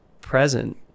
present